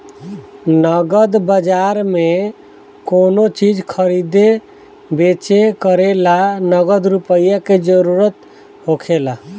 नगद बाजार में कोनो चीज खरीदे बेच करे ला नगद रुपईए के जरूरत होखेला